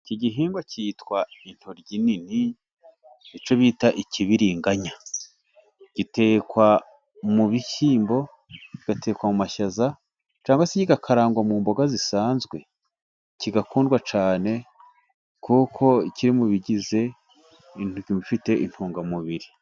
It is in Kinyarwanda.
Iki gihingwa cyitwa intoryi nini, icyo bita ikibiringanya, gitekwa mu bishyimbo, kigatekwa mu mashyaza, cyangwa se kigakarangwa mu mboga zisanzwe, kigakundwa cyane kuko kiri mu bigize bifite intungamubiri.